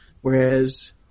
whereas